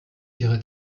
ihre